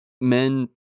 men